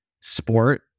sport